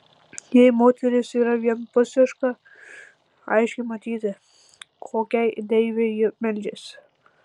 jei moteris yra vienpusiška aiškiai matyti kokiai deivei ji meldžiasi